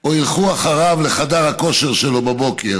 או ילכו אחריו לחדר הכושר שלו בבוקר